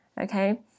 okay